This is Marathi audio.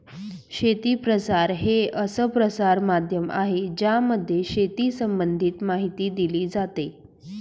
शेती प्रसार हे असं प्रसार माध्यम आहे ज्यामध्ये शेती संबंधित माहिती दिली जाते